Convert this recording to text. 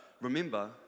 remember